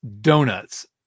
Donuts